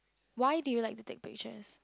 why do you like to take pictures